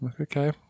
Okay